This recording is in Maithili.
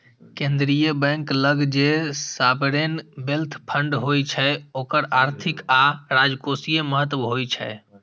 केंद्रीय बैंक लग जे सॉवरेन वेल्थ फंड होइ छै ओकर आर्थिक आ राजकोषीय महत्व होइ छै